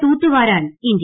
തൂത്തുവാരാൻ India